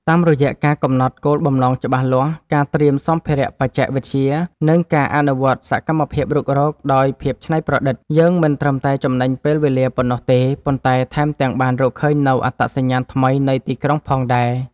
តាមរយៈការកំណត់គោលបំណងច្បាស់លាស់ ការត្រៀមសម្ភារៈបច្ចេកវិទ្យា និងការអនុវត្តសកម្មភាពរុករកដោយភាពច្នៃប្រឌិត យើងមិនត្រឹមតែចំណេញពេលវេលាប៉ុណ្ណោះទេ ប៉ុន្តែថែមទាំងបានរកឃើញនូវ អត្តសញ្ញាណថ្មីនៃទីក្រុងផងដែរ។